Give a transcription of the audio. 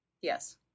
Yes